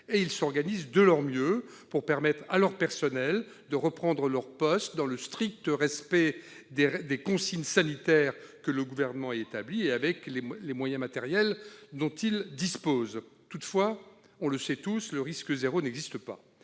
Tous s'organisent de leur mieux pour permettre à leur personnel de réintégrer leur poste dans le strict respect des consignes sanitaires que le Gouvernement a établies et avec les moyens matériels dont ils disposent. Toutefois, le risque zéro n'existe pas.